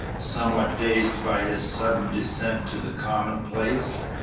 somewhat dazed by his sudden descent to the commonplace,